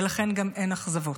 ולכן גם אין אכזבות.